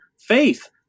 faith